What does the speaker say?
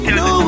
no